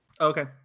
Okay